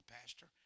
Pastor